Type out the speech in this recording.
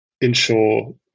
ensure